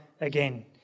again